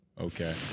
Okay